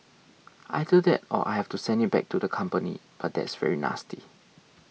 either that or I have to send it back to the company but that's very nasty